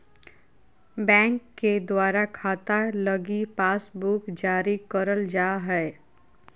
bank के द्वारा खाता लगी पासबुक जारी करल जा हय